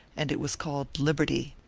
and it was called liberty.